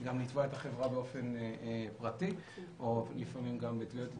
גם לתבוע את החברה באופן פרטי או לפעמים גם בתביעות ייצוגיות.